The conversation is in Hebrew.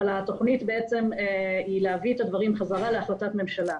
אבל התוכנית בעצם היא להביא את הדברים חזרה להחלטת ממשלה.